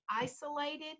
isolated